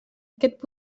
aquest